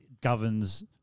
governs